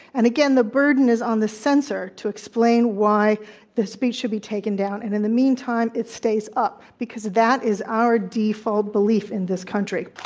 and again, the burden is on the censor to explain why the speech should be taken down, and in the meantime, it stays up because that is our default belief in this country.